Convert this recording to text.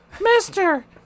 Mister